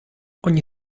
ogni